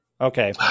Okay